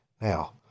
Now